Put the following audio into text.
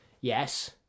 Yes